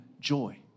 joy